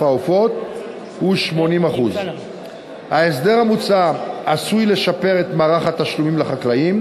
העופות הוא 80%. ההסדר המוצע עשוי לשפר את מערך התשלומים לחקלאים,